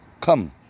Come